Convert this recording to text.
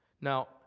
Now